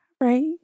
Right